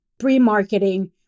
pre-marketing